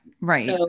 Right